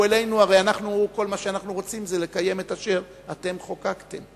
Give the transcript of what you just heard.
אלינו: הרי כל מה שאנחנו רוצים זה לקיים את אשר אתם חוקקתם,